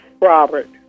Robert